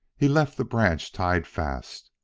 he left the branch tied fast.